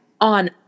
on